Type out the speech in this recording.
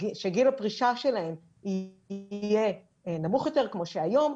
שגיל הפרישה שלהם יהיה נמוך יותר, כמו שהיום.